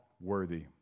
worthy